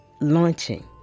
launching